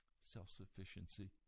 self-sufficiency